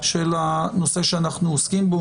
של הנושא שאנחנו עוסקים בו,